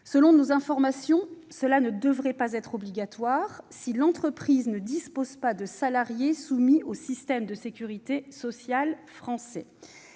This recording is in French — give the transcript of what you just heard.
Selon nos informations, cela ne devrait pas être obligatoire si l'entreprise ne dispose pas de salarié soumis au système de sécurité sociale français.